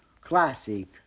classic